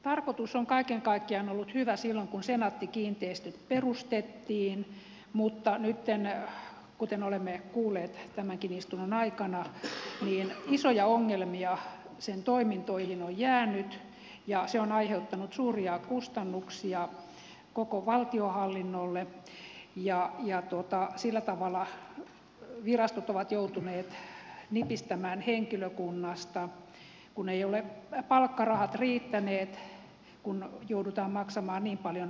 tarkoitus on kaiken kaikkiaan ollut hyvä silloin kun senaatti kiinteistöt perustettiin mutta nytten kuten olemme kuulleet tämänkin istunnon aikana isoja ongelmia sen toimintoihin on jäänyt ja se on aiheuttanut suuria kustannuksia koko valtionhallinnolle ja sillä tavalla virastot ovat joutuneet nipistämään henkilökunnasta kun eivät ole palkkarahat riittäneet kun joudutaan maksamaan niin paljon vuokria